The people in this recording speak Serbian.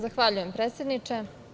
Zahvaljujem, predsedniče.